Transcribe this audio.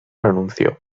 renunció